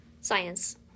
Science